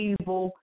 evil